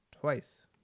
twice